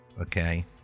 Okay